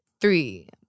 three